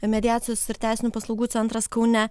mediacijos ir teisinių paslaugų centras kaune